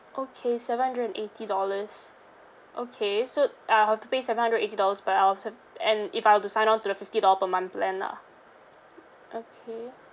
okay seven hundred and eighty dollars okay so uh I've to pay seven hundred eighty dollars but I also have and if I were to sign on to the fifty dollar per month plan lah okay